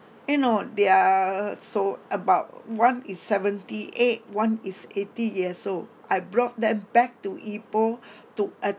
you know they are so about one is seventy eight one is eighty years old I brought them back to ipoh to